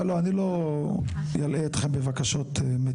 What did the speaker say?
לא, אני לא אלאה אתכם בבקשות מתישות.